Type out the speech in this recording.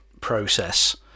process